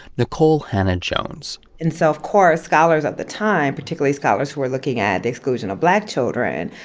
nikole hannah-jones. and so of course, scholars at the time, particularly scholars who are looking at the exclusion of black children,